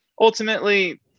ultimately